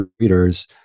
readers